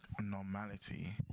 normality